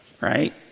right